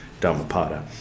Dhammapada